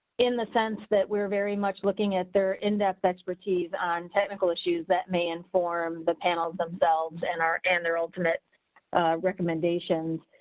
in the sense that we're very much looking at their in depth expertise on technical issues that may inform the panels themselves and our and their ultimate recommendations,